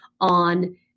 on